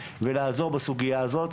ולעזור בסוגיה הזאת.